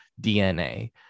dna